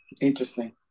Interesting